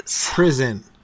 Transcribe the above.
Prison